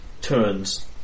turns